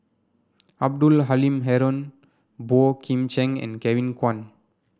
Abdul Halim Haron Boey Kim Cheng and Kevin Kwan